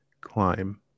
climb